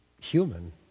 human